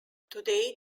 today